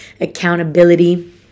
accountability